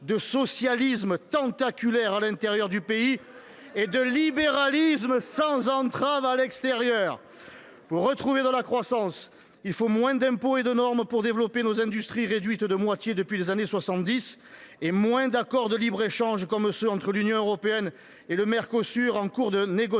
de socialisme tentaculaire à l’intérieur du pays … Si seulement !… et de libéralisme sans entrave à l’extérieur ! Pour retrouver de la croissance, il faut moins d’impôts et de normes pour développer nos industries, réduites de moitié depuis les années 1970, et moins d’accords de libre échange, comme celui entre l’Union européenne et le Mercosur, en cours de négociation,